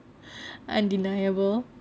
undeniable